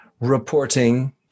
reporting